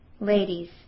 ladies